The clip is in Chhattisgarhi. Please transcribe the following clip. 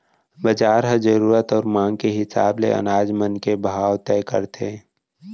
बजार ह जरूरत अउ मांग के हिसाब ले अनाज मन के भाव तय करथे